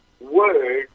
word